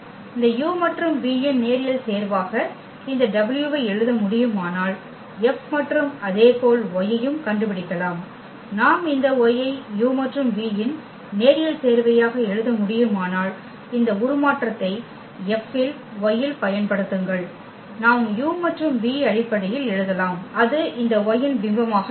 இந்த u மற்றும் v இன் நேரியல் சேர்வாக இந்த w ஐ எழுத முடியுமானால் F மற்றும் அதேபோல் y ஐயும் கண்டுபிடிக்கலாம் நாம் இந்த y ஐ u மற்றும் v இன் நேரியல் சேர்வையாக எழுத முடியுமானால் இந்த உருமாற்றத்தை F இல் y இல் பயன்படுத்துங்கள் நாம் u மற்றும் v அடிப்படையில் எழுதலாம் அது இந்த y இன் பிம்பமாக இருக்கும்